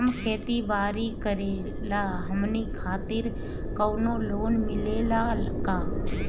हम खेती बारी करिला हमनि खातिर कउनो लोन मिले ला का?